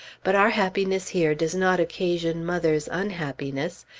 but our happiness here does not occasion mother's unhappiness.